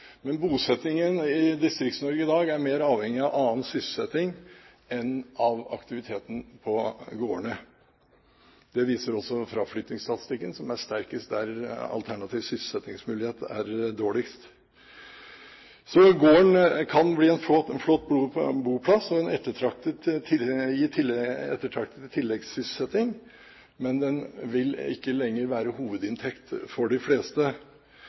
viser også fraflyttingsstatistikken, som er sterkest der alternativ sysselsettingsmulighet er dårligst. Gården kan bli en flott boplass og en ettertraktet tilleggssysselsetting, men den vil ikke lenger være hovedinntekt for de fleste.